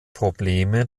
probleme